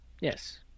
Yes